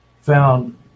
found